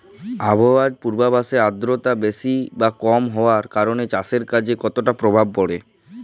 আবহাওয়ার পূর্বাভাসে আর্দ্রতা বেশি বা কম হওয়ার কারণে চাষের কাজে কতটা প্রভাব পড়ে?